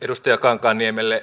edustaja kankaanniemelle